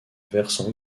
versant